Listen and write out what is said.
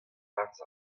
barzh